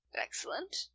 Excellent